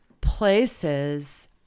places